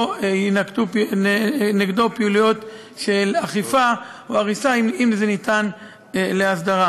לא יינקטו נגדו פעילויות של אכיפה או הריסה אם זה ניתן להסדרה.